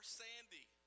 sandy